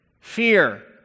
fear